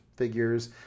figures